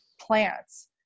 plants